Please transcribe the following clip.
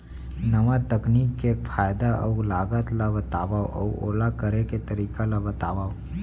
नवा तकनीक के फायदा अऊ लागत ला बतावव अऊ ओला करे के तरीका ला बतावव?